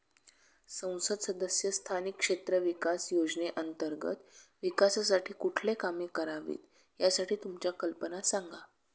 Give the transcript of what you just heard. संसद सदस्य स्थानिक क्षेत्र विकास योजने अंतर्गत विकासासाठी कुठली कामे करावीत, यासाठी तुमच्या कल्पना सांगा